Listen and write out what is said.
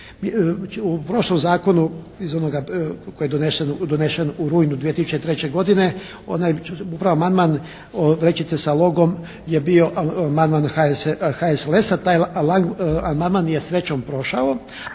U prošlom zakonu iz onoga koji je donesen u rujnu 2003. godine onaj upravo amandman vrećice sa logom je bio amandman HSLS-a, taj amandman je srećom prošao,